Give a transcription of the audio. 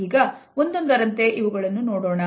ಈಗ ಒಂದೊಂದರಂತೆ ಇವುಗಳನ್ನು ನೋಡೋಣ